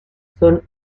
son